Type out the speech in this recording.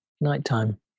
nighttime